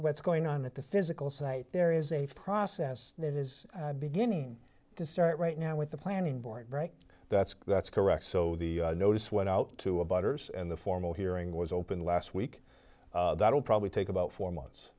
what's going on at the physical site there is a process that is beginning to start right now with the planning board right that's that's correct so the notice went out to about hers and the formal hearing was opened last week that will probably take about four months